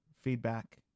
feedback